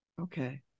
Okay